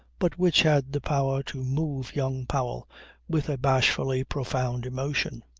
but which had the power to move young powell with a bashfully profound emotion.